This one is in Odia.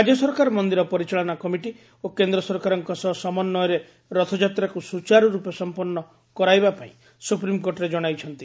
ରାଜ୍ୟ ସରକାର ମନ୍ଦିର ପରିଚାଳନା କମିଟି ଓ କେନ୍ଦ୍ର ସରକାରଙ୍କ ସହ ସମନ୍ୱୟରେ ରଥଯାତ୍ରାକୁ ସୁଚାରୁର୍ପେ ସମ୍ପନ୍ନ କରାଇବାପାଇଁ ସୁପ୍ରିମ୍କୋର୍ଟରେ ଜଣାଇଛନ୍ତି